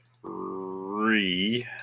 three